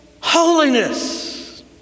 holiness